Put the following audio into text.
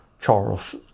charles